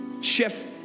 chef